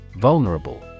Vulnerable